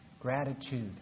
Gratitude